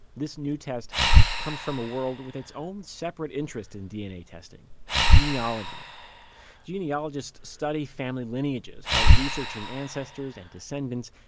this new test comes from a world with its own separate interest in dna testing genealogy genealogists study family lineages by researching ancestors and descendents,